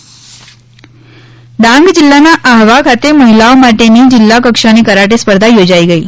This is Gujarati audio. કરાટે સ્પર્ધા ડાંગ જિલ્લાના આહવા ખાતે મહિલાઓ માટેની જિલ્લા કક્ષાની કરાટે સ્પર્ધા યોજાઇ ગઇ